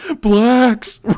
Blacks